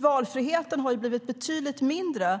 Valfriheten har exempelvis blivit mindre